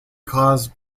cause